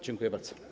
Dziękuję bardzo.